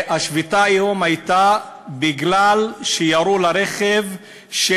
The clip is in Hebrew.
השביתה היום הייתה בגלל שירו לרכב של